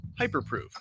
HyperProof